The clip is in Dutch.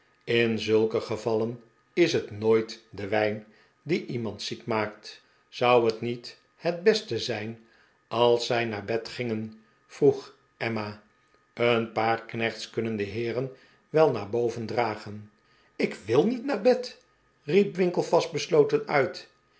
in zulke gevalleri is het nooit de wijn die iemand ziek maaktl zou het niet het beste zijn als zij naar bed gingen vroeg emma een paar knechts kunnen de heeren wel naar boven dragen ik wil niet naar bed riep winkle vastbesloten ult